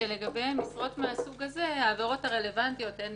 שלגבי משרות מהסוג הזה העבירות הרלוונטיות הן